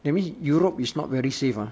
that means europe is not very safe ah